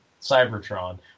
Cybertron